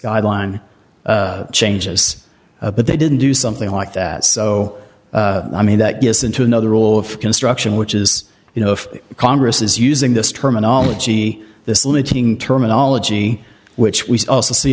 guideline changes but they didn't do something like that so i mean that gets into another rule of construction which is you know if congress is using this terminology this looting terminology which we also see